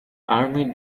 army